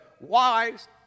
wise